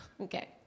okay